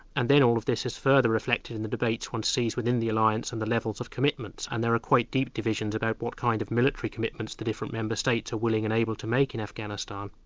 and then all of this is further reflected in the debates one sees within the alliance and the levels of commitment, and there are quite deep divisions about what kind of military commitments the different member states are willing and able to make in afghanistan.